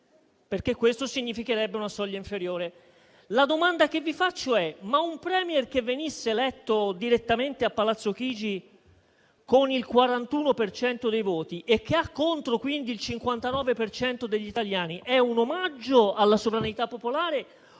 perché questo significherebbe una soglia inferiore. La domanda che vi faccio è la seguente: ma un *Premier* che venisse eletto direttamente a Palazzo Chigi con il 41 per cento dei voti, e che avrebbe contro quindi il 59 per cento degli italiani, è un omaggio alla sovranità popolare o